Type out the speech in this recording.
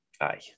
aye